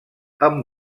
amb